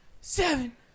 Seven